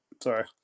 sorry